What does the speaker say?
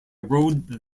road